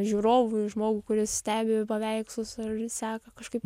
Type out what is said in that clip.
žiūrovui žmogui kuris stebi paveikslus ar seka kažkaip